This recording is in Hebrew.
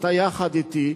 אתה יחד אתי,